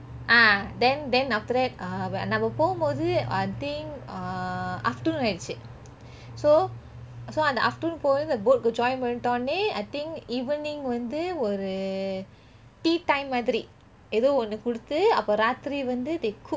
ah then then after that uh நம்ம போமோது:namme pomothu I think uh afternoon ஆயிருச்சு:aayiruchu so so afternoon போய் அந்த:poi antha boat join பண்ணிட்டோன:pannitoneh I think evening வந்து ஒரு:vanthu oru tea time மாதிரி எதோ ஒன்னு கொடுத்து அப்புறம் ராத்திரி வந்து:mathiri yetho onnu koduttu approm ratiri vanthu